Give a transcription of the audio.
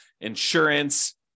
insurance